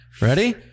Ready